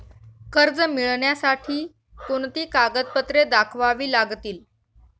कर्ज मिळण्यासाठी कोणती कागदपत्रे दाखवावी लागतील?